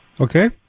Okay